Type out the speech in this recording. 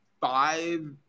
five